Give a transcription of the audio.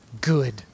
good